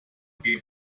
pre